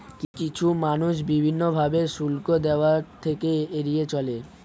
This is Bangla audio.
কিছু মানুষ বিভিন্ন ভাবে শুল্ক দেওয়া থেকে এড়িয়ে চলে